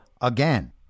again